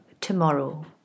tomorrow